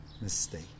mistake